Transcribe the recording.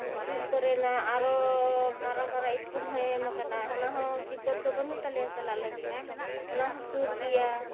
ᱠᱚᱨᱮᱱᱟᱜ ᱟᱨᱦᱚᱸ ᱢᱟᱨᱟᱝᱼᱢᱟᱨᱟᱝ ᱤᱥᱠᱩᱞ ᱦᱚᱸᱭ ᱮᱢ ᱟᱠᱟᱱᱟ ᱚᱱᱟ ᱦᱚᱸ ᱫᱤᱠᱠᱛ ᱫᱚ ᱵᱟᱹᱱᱩᱜ ᱛᱟᱞᱮᱭᱟ ᱪᱟᱞᱟᱜ ᱞᱟᱹᱜᱤᱫ ᱚᱱᱟ ᱦᱚᱸ ᱥᱩᱨ ᱜᱮᱭᱟ